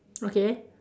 okay